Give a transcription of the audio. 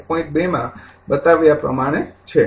૨ માં બતાવ્યા પ્રમાણે છે